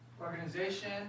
Organization